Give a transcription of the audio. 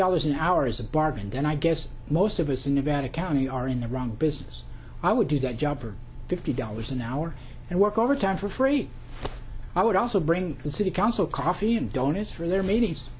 dollars an hour is a bargain then i guess most of us in nevada county are in the wrong business i would do that job for fifty dollars an hour and work overtime for free i would also bring the city council coffee and donuts for their meetings